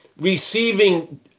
receiving